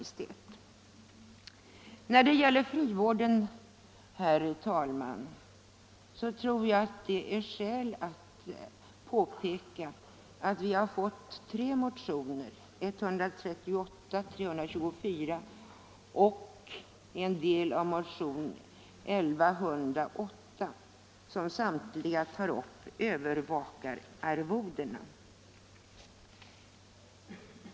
När det gäller frivården, herr talman, är det skäl att påpeka att utskottet till behandling har fått tre motioner — 138 och 324 samt en del av 1108 — vilka samtliga tar upp övervakararvodena.